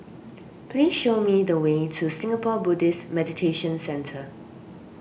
please show me the way to Singapore Buddhist Meditation Centre